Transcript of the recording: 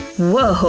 woah!